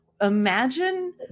imagine